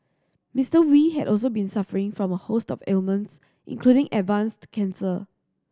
Mister Wee had also been suffering from a host of ailments including advanced cancer